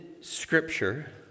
scripture